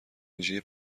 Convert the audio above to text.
ویژهی